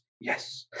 yes